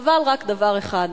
חבל רק דבר אחד,